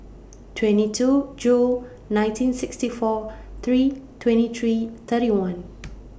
twenty two June nineteen sixty four three twenty three thirty one